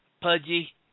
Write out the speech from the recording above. Pudgy